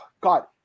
god